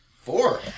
Four